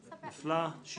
6 נמנעים,